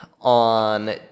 on